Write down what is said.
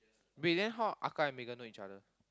wait then how Ahkah and Megan know each other